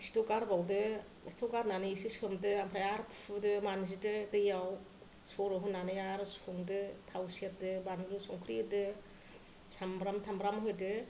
खिथु गारबावदो खिथु गारनानै एसे सोमदो ओमफ्राय आरो हुदो मानजिदो दैयाव सर' होनानै आरो संदो थाव सेरदो बानलु संख्रि होदो सामब्राम थामब्राम होदो